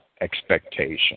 expectation